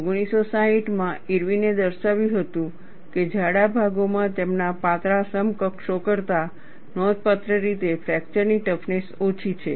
1960 માં ઇરવિને દર્શાવ્યું હતું કે જાડા ભાગોમાં તેમના પાતળા સમકક્ષો કરતાં નોંધપાત્ર રીતે ફ્રેક્ચરની ટફનેસ ઓછી છે